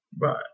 Right